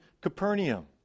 Capernaum